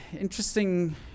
interesting